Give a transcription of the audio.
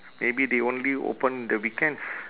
maybe they only open the weekends